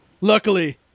Luckily